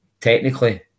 technically